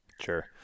Sure